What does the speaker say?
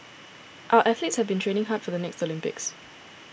our athletes have been training hard for the next Olympics